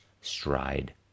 stride